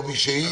או מישהי,